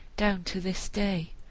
down to this day.